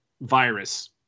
virus